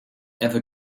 ever